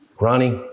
Ronnie